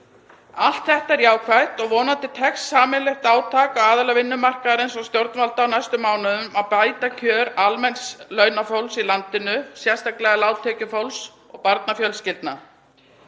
Allt þetta er jákvætt og vonandi tekst sameiginlegt átak aðila vinnumarkaðarins og stjórnvalda á næstu mánuðum að bæta kjör almenns launafólks í landinu, sérstaklega lágtekjufólks og barnafjölskyldna.